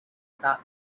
about